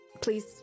please